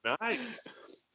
nice